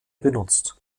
benutzt